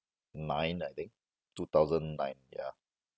nine I think two thousand nine ya